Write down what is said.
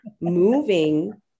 moving